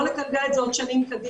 לא לגלגל את זה עוד שנים קדימה.